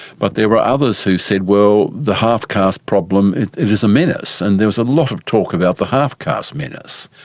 but there were others who said well, the half-caste problem, it it is a menace. and there was a lot of talk about the half-caste menace.